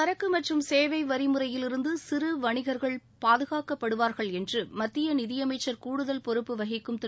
சரக்கு மற்றும் சேவை வரிமுறையிலிருந்து சிறு வணிகர்கள் பாதுகாக்கப்படுவார்கள் என்று மத்திய நிதியமைச்சர் கூடுதல் பொறுப்பு வகிக்கும் திரு